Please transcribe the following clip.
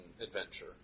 adventure